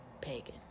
pagan